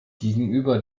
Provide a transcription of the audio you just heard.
gegenüber